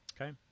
Okay